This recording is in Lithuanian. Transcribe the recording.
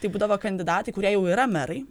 tai būdavo kandidatai kurie jau yra merai